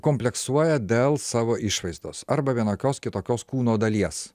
kompleksuoja dėl savo išvaizdos arba vienokios kitokios kūno dalies